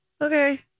Okay